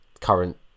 current